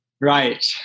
right